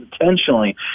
intentionally